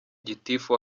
gitifu